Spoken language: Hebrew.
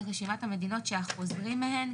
זה רשימת המדינות שהחוזרים מהן,